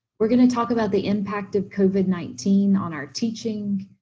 we're going to talk about the impact of covid nineteen on our teaching.